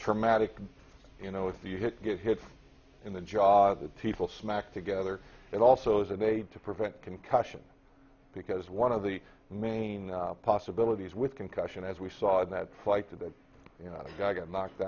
traumatic you know if you hit get hit in the job that people smack together it also is an aid to prevent concussion because one of the main possibilities with concussion as we saw in that flight that guy got knocked